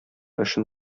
эшен